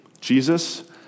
Jesus